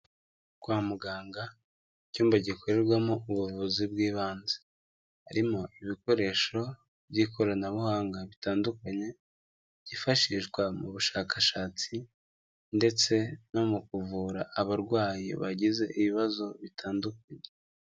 Kwa muganga, icyumba gikorerwamo ubuvuzi bw'ibanze, harimo ibikoresho by'ikoranabuhanga bitandukanye, byifashishwa mu bushakashatsi, ndetse no mu kuvura abarwayi bagize ibibazo bitandukanye.